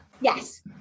Yes